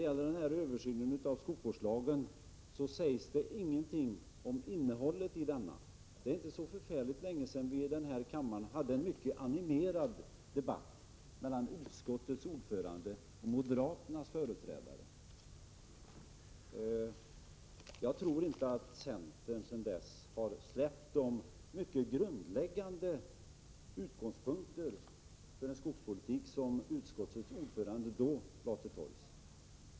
I talet om en översyn av skogsvårdslagen sägs det ingenting om innehållet i denna. Det är inte så förfärligt länge sedan vi i denna kammare hade en mycket animerad debatt mellan utskottets ordförande och moderaternas företrädare. Jag tror inte att centern sedan dess har släppt de mycket grundläggande utgångspunkter för en skogspolitik som utskottets ordförande då förde till torgs.